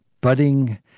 budding